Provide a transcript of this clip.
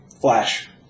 Flash